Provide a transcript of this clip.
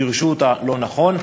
ופירשו אותה לא נכון.